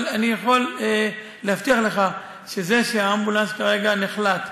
אבל אני יכול להבטיח לך שזה שהאמבולנס כרגע חולט,